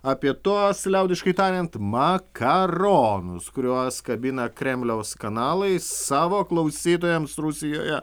apie tuos liaudiškai tariant makaronus kuriuos kabina kremliaus kanalai savo klausytojams rusijoje